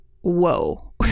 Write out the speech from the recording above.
whoa